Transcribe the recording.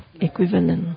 equivalent